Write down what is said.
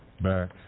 Back